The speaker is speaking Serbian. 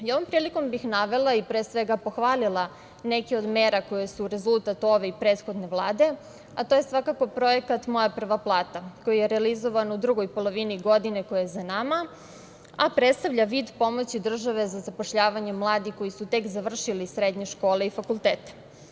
Ovom prilikom bih navela i pre svega pohvalila neke od mera koje su rezultat ove i prethodne Vlade, a to je svakako projekat „Moja prva plata“ koji je realizovan u drugoj polovini godine koja je za nama, a predstavlja vid pomoći države za zapošljavanjem mladih koji su tek završili srednje škole i fakultete.